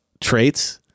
traits